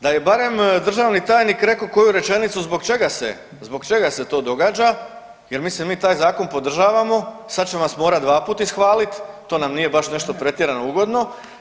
Da je barem državni tajnik reko koju rečenicu zbog čega se, zbog čega se to događa, jer mislim mi taj zakon podržavamo, sad ćemo vas morat dvaput ishvalit, to nam nije baš nešto pretjerano ugodno.